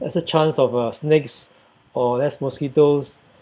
lesser chance of uh snacks or less mosquitoes